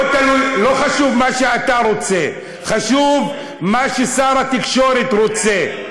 לא חשוב מה שאתה רוצה, חשוב מה ששר התקשורת רוצה.